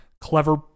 clever